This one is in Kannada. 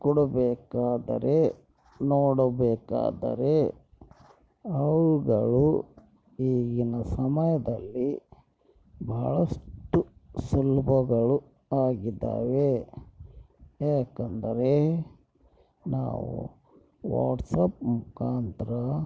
ಕೊಡಬೇಕಾದರೆ ನೋಡಬೇಕಾದರೆ ಅವುಗಳು ಈಗಿನ ಸಮಯದಲ್ಲಿ ಭಾಳಷ್ಟು ಸುಲಭಗಳು ಆಗಿದ್ದಾವೆ ಯಾಕೆಂದರೆ ನಾವು ವಾಟ್ಸಪ್ ಮುಖಾಂತ್ರ